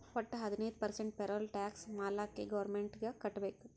ವಟ್ಟ ಹದಿನೈದು percent payroll tax ಮಾಲ್ಲಾಕೆ ಗೌರ್ಮೆಂಟ್ಗ್ ಕಟ್ಬೇಕ್